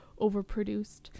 overproduced